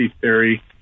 theory